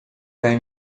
vai